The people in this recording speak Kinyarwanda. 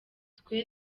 twe